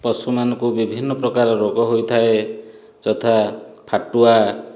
ପଶୁ ମାନଙ୍କୁ ବିଭିନ ପ୍ରକାରର ରୋଗ ହୋଇଥାଏ ଯଥା ଫାଟୁଆ